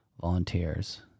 volunteers